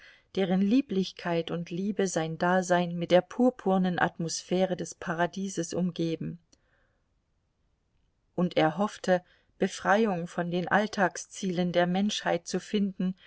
deren lieblichkeit und liebe sein dasein mit der purpurnen atmosphäre des paradieses umgeben und er hoffte befreiung von den alltagszielen der menschheit zu finden